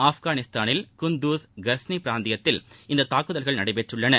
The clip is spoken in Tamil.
ஆப்கானிஸ்தானில் குந்தூஸ் கஸ்னி பிராந்தியத்தில் இந்த தாக்குதல்கள் நடைபெற்றுள்ளன